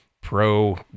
pro